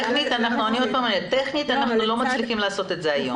טכנית אנחנו לא מצליחים לעשות את זה היום.